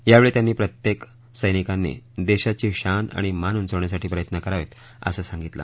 यावेळी त्यात्री प्रत्येक सैनिकात्री देशाची शान आणि मान उच्चिवण्यासाठी प्रयत्न करावेत असं सागितलं